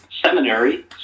Seminary